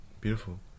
beautiful